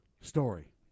story